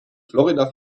florida